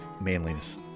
manliness